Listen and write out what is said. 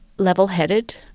level-headed